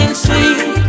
sweet